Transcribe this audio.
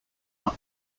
are